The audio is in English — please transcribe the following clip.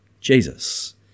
Jesus